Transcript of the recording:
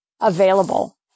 available